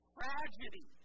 tragedy